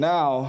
Now